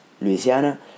Louisiana